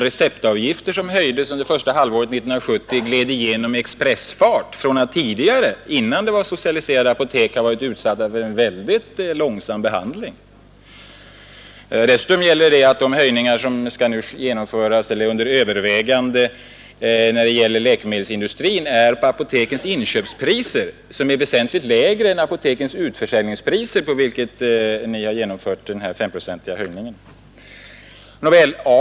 Receptavgifterna, som höjdes under första halvåret 1970, slog igenom med expressfart från att tidigare, innan apoteken blev socialiserade, ha varit utsatta för en mycket långsam behandling. Dessutom gäller att de höjningar som nu är under övervägande för läkemedelsindustrin läggs på apotekens inköpspriser, som är väsentligt lägre än de utförsäljningspriser på vilka man har genomfört den femprocentiga höjningen inom Apoteksbolaget.